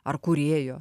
ar kūrėjo